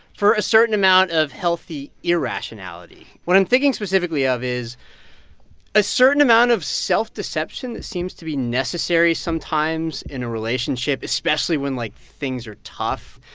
for a certain amount of healthy irrationality. what i'm thinking specifically of is a certain amount of self-deception that seems to be necessary sometimes in a relationship, especially when, like, things are tough.